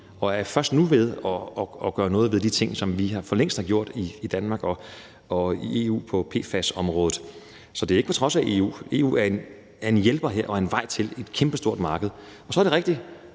os og først nu er ved at gøre noget ved de ting, som vi for længst har gjort noget ved i Danmark og i EU, på PFAS-området. Så det sker ikke på trods af EU. EU er en hjælper her og en vej til et kæmpestort marked. Så er det rigtigt,